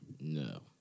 No